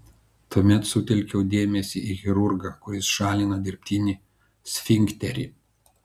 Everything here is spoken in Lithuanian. tuomet sutelkiau dėmesį į chirurgą kuris šalino dirbtinį sfinkterį